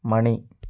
മണി